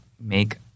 make